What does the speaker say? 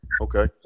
Okay